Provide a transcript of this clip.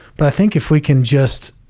but i think if we can just,